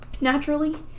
naturally